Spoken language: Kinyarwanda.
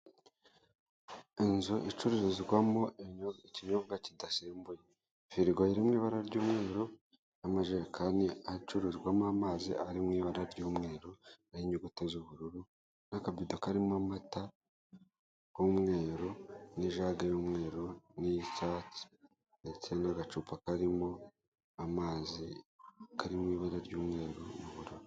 Inzu icururizwamo ikinyobwa kidasembuye, firigo iri mu ibara ry'umweru n'amajerekani acururizwamo amazi ari mu ibara ry'umweru ariho inyuguti z'ubururu n'akabido karimo amata k'umweru, n'ijage y'umweru n'iyicyatsi ndetse n'agacupa karimo amazi kari mu ibara ry'umweru n'ubururu.